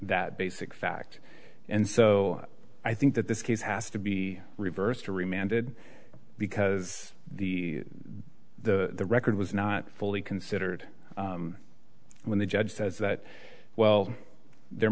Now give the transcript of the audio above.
that basic fact and so i think that this case has to be reversed to remanded because the the record was not fully considered when the judge says that well their